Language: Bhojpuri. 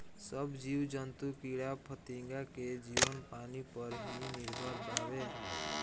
सब जीव जंतु कीड़ा फतिंगा के जीवन पानी पर ही निर्भर बावे